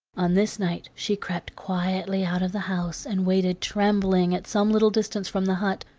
on this night she crept quietly out of the house and waited trembling at some little distance from the hut.